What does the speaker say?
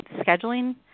scheduling